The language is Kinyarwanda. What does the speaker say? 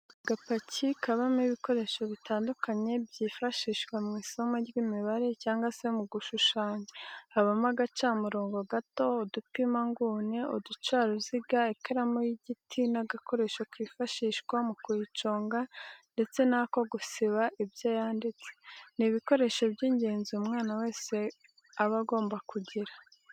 Agapaki kabamo ibikoresho bitandukanye byifashishwa mw'isomo ry'imibare cyangwa se mu gushushanya habamo agacamurongo gato, udupima inguni, uducaruziga ,ikaramu y'igiti n'agakoresho kifashishwa mu kuyiconga ndetse n'ako gusiba ibyo yanditse, ni ibikoresho by'ingenzi umwana wese wiga aba agomba kugira.